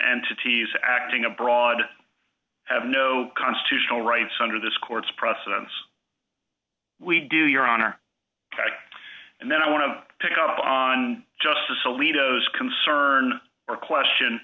entities acting abroad have no constitutional rights under this court's precedence we do your honor and then i want to pick up on justice alito is concern or question